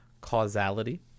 causality